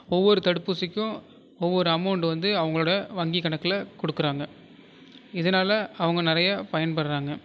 ஒவ்வொரு தடுப்பூசிக்கும் ஒவ்வொரு அமௌண்ட் வந்து அவங்களோட வங்கி கணக்கில் கொடுக்குறாங்க இதனால் அவங்க நிறைய பயன்படுகிறாங்க